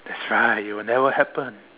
that's right it will never happen